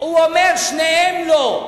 הוא אומר ששניהם לא.